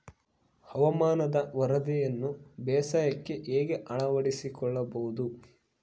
ಹವಾಮಾನದ ವರದಿಯನ್ನು ಬೇಸಾಯಕ್ಕೆ ಹೇಗೆ ಅಳವಡಿಸಿಕೊಳ್ಳಬಹುದು?